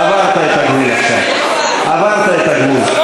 אתה, עברת את הגבול עכשיו, עברת את הגבול.